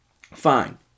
fine